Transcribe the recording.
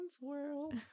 world